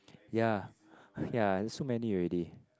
ya ya so many already